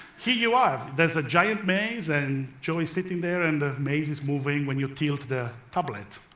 here you are. there's a giant maze, and joey's sitting there, and the maze is moving when you tilt the tablet.